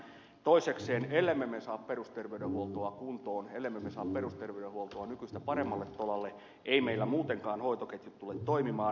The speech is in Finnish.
toisekseen ellemme me saa perusterveydenhuoltoa kuntoon el lemme me saa perusterveydenhuoltoa nykyistä paremmalle tolalle eivät meillä muutenkaan hoitoketjut tule toimimaan